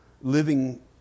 living